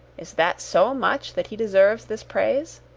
is that so much that he deserves this praise?